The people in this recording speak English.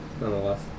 Nonetheless